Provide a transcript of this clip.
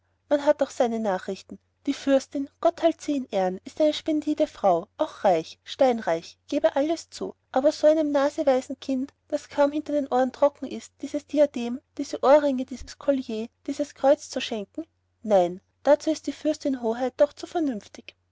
man hat auch seine nachrichten die fürstin gott halte sie in ehren ist eine splendide frau auch reich steinreich gebe alles zu aber so einem naseweisen kind das kaum hinter den ohren trocken ist dieses diadem diese ohrenringe dieses kollier dieses kreuz zu schenken nein dazu ist die frau fürstin hoheit doch zu vernünftig